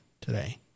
today